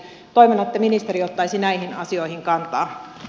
toivon että ministeri ottaisi näihin asioihin kantaa